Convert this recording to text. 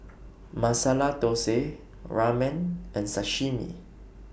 Masala Dosa Ramen and Sashimi